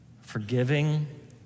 forgiving